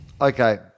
Okay